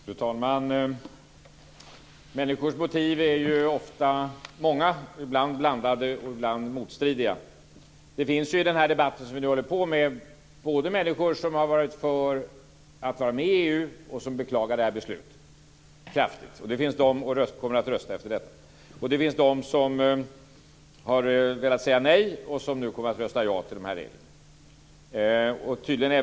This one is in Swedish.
Fru talman! Människors motiv är ofta många, ibland blandade och ibland motstridiga. I den debatt som vi nu för deltar människor som har varit för att vara med i EU som beklagar det här beslutet kraftigt och som kommer att rösta efter detta. Det finns också de som har velat säga nej och som nu kommer att rösta ja till de här reglerna.